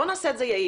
בוא נעשה את זה יעיל.